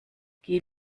geh